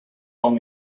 ong